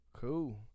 Cool